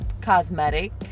cosmetic